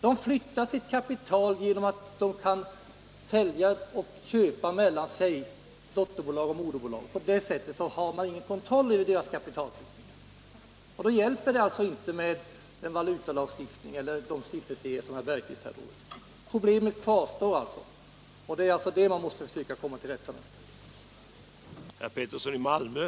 De flyttar sitt kapital genom att de köper och säljer mellan moderbolag och dotterbolag. På det sättet får samhället ingen kontroll över dessa kapitalöverföringar. Då hjälper det inte med den valutalagstiftning vi har och inte heller med de sifferserier som herr Bergqvist här redovisade. Problemet kvarstår alltså, och det är det vi måste försöka komma till rätta med.